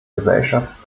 gesellschaft